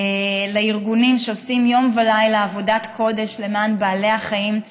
לארגונים שעושים יום ולילה עבודת קודש למען בעלי החיים,